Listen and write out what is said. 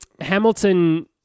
Hamilton